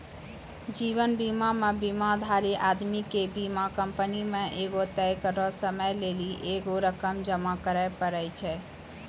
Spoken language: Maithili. जीवन बीमा मे बीमाधारी आदमी के बीमा कंपनी मे एगो तय करलो समय लेली एगो रकम जमा करे पड़ै छै